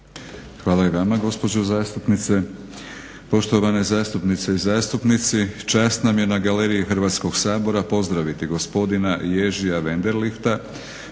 Hvala i vama gospođo zastupnice. Poštovane zastupnice i zastupnici, čast nam je na galeriji Hrvatskog sabora pozdraviti gospodina Jerzy Wenderlicha,